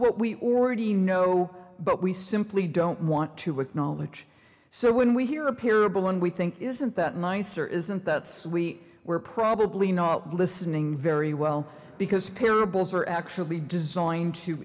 what we already know but we simply don't want to acknowledge so when we hear a parable and we think isn't that nice or isn't that so we were probably not listening very well because parables are actually designed to